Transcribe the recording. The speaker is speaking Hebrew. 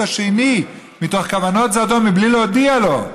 השני מתוך כוונות זדון מבלי להודיע לו,